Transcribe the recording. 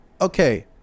okay